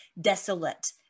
desolate